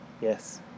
yes